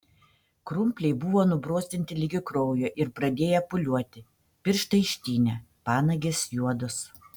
krumpliai buvo nubrozdinti ligi kraujo ir pradėję pūliuoti pirštai ištinę panagės juodos